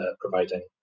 providing